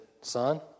Son